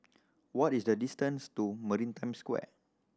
what is the distance to Maritime Square